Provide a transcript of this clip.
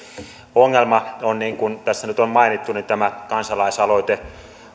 ongelma on niin kuin tässä nyt on mainittu tämä kansalaisaloite